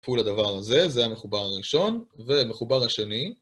כפול הדבר הזה, זה המחובר הראשון ומחובר השני